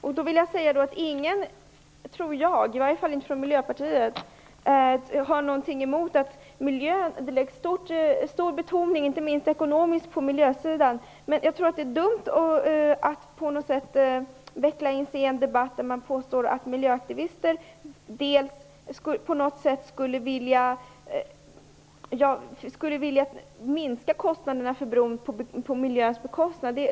Jag tror inte att någon, i varje fall inte någon från Miljöpartiet, har någonting emot att det läggs stor betoning, inte minst ekonomiskt, vid miljösidan. Jag tror dock att det är dumt att påstå att miljöaktivister på något sätt skulle vilja minska kostnaderna för bron på miljöns bekostnad.